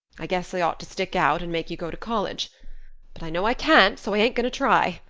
i guess i ought to stick out and make you go to college but i know i can't, so i ain't going to try.